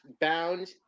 bound